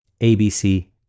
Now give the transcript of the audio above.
ABC